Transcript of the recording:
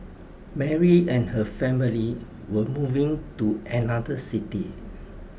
Mary and her family were moving to another city